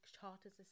charters